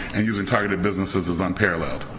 and using targeted businesses is unparalleled.